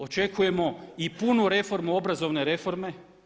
Očekujemo i punu reformu obrazovne reforme.